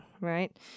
right